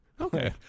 Okay